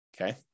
okay